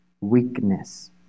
weakness